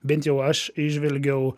bent jau aš įžvelgiau